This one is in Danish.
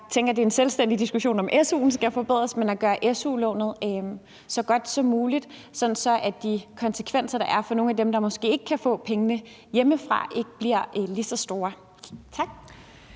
jeg tænker, at det er en selvstændig diskussion, om su'en skal forbedres – så de konsekvenser, der er for nogle af dem, der måske ikke kan få pengene hjemmefra, ikke bliver lige så store? Tak.